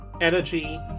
Energy